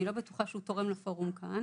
אני לא בטוחה שהוא תורם לפורום כאן.